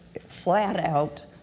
flat-out